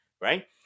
right